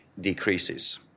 decreases